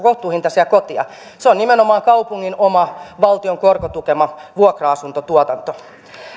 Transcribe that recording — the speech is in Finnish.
kohtuuhintaisia koteja se on nimenomaan kaupungin oma valtion korkotukema vuokra asuntotuotanto